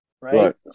right